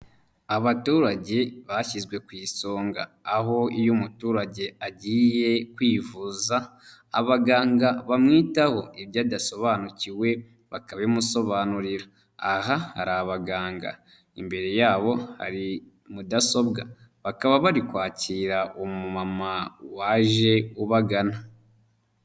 Abaturage bashyizwe ku isonga, aho iyo umuturage agiye kwivuza abaganga bamwitaho, ibyo adasobanukiwe bakabimusobanurira, aha hari abaganga imbere yabo hari mudasobwa, bakaba bari kwakira umumama waje ubagana.